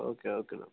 okay okay